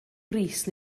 brys